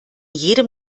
jedem